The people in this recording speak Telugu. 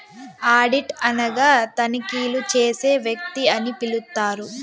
ఆడిట్ అనగా తనిఖీలు చేసే వ్యక్తి అని పిలుత్తారు